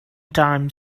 time